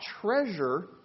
treasure